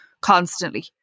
constantly